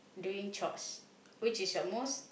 doing chores which is your most